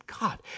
God